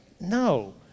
No